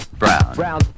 brown